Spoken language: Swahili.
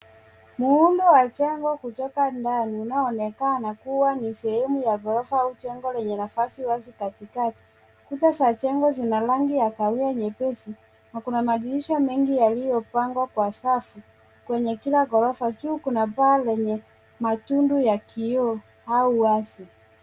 Muundo wa jengo kutoka ndani unaoonekana kuwa ni sehemu ya ghorofa au jengo lenye nafasi wazi katikati. Kuta za jengo zina rangi ya kahawia nyepesi na kuna madirisha mengi yaliyopangwa kwa safu kwenye kila ghorofa. Juu kuna paa lenye matundu ya kioo au wazi.